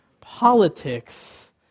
Politics